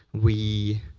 we